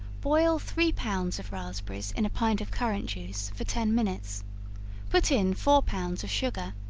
boil three pounds of raspberries in a pint of currant juice, for ten minutes put in four pounds of sugar,